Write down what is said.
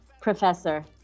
professor